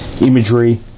imagery